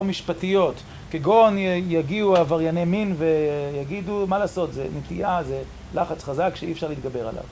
משפטיות, כגון יגיעו העברייני מין ויגידו מה לעשות, זה נטייה, זה לחץ חזק שאי אפשר להתגבר עליו